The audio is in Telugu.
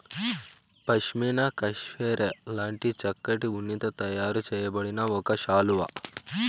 పష్మీనా కష్మెరె లాంటి చక్కటి ఉన్నితో తయారు చేయబడిన ఒక శాలువా